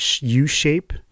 U-shape